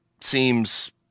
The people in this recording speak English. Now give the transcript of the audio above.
seems